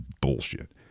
bullshit